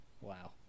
Wow